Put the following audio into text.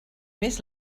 més